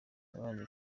nabanje